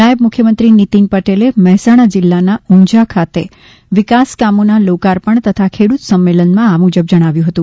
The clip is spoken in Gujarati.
નાયબ મુખ્યમંત્રી નીતીન પટેલે મહેસાણા જિલ્લાના ઊંઝા ખાતે વિકાસ કામોના લોકાર્પણ તથા ખેડૂત સંમેલનમાં આ મુજબ જણાવ્યું હતું